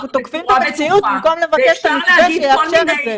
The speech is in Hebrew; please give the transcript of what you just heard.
תוקפים את המציאות במקום לבקש את המתווה שיאפשר את זה.